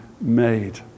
made